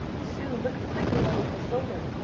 sue looked quickly over her shoulder.